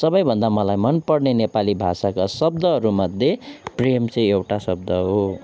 सबैभन्दा मलाई मनपर्ने नेपाली भाषाका शब्दहरू मध्ये प्रेम चाहिँ एउटा शब्द हो